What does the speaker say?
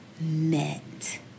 met